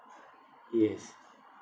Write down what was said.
yes